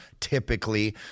typically